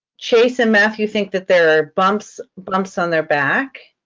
chase and matthew think that there are bumps bumps on their back.